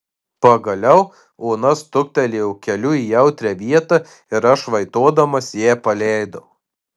pagaliau ona stuktelėjo keliu į jautrią vietą ir aš vaitodamas ją paleidau